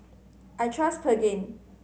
I trust Pregain